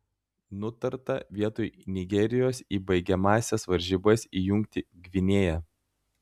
nutarta vietoj nigerijos į baigiamąsias varžybas įjungti gvinėją